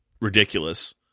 ridiculous